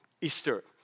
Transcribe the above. Easter